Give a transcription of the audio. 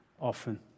often